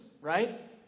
right